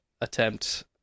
attempt